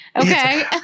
Okay